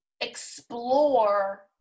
Explore